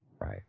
Right